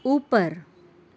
اوپر